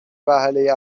وهله